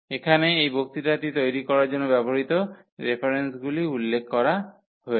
এখানে এই বক্তৃতাটি তৈরি করার জন্য ব্যবহৃত রেফারেন্সগুলির উল্লেখ করা হয়েছে